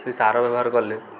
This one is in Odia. ସେଇ ସାର ବ୍ୟବହାର କଲେ